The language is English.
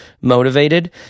motivated